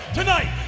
tonight